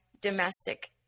domestic